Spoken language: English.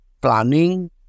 planning